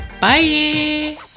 bye